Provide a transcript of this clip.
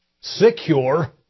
secure